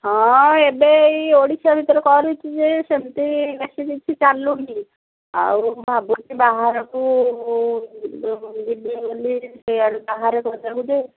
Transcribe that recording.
ହଁ ଏବେ ଏଇ ଓଡ଼ିଶା ଭିତରେ କରୁଛି ଯେ ସେମିତି ବେଶି କିଛି ଚାଲୁନି ଆଉ ଭାବୁଛି ବାହାରକୁ ଯିବି ବୋଲି ସେଇଆଡ଼େ ବାହାରେ କରିବାକୁ ଯେ